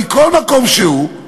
מכל מקום שהוא,